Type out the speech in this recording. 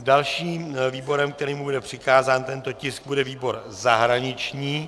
Dalším výborem, kterému bude přikázán tento tisk, bude výbor zahraniční.